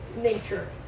nature